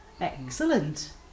Excellent